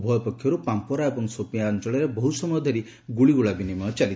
ଉଭୟ ପକ୍ଷରୁ ପାମ୍ପୋରା ଏବଂ ସୋପିଆଁ ଅଞ୍ଚଳରେ ବହୁ ସମୟ ଧରି ଗୁଳିଗୋଳା ବିନିମୟ ଚାଲିଥିଲା